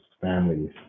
families